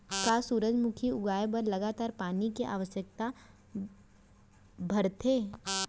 का सूरजमुखी उगाए बर लगातार पानी के आवश्यकता भरथे?